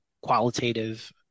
qualitative